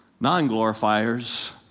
non-glorifiers